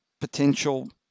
potential